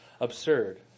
absurd